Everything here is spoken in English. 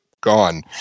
gone